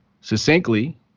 succinctly